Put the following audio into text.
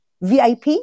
VIP